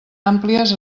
àmplies